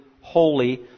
holy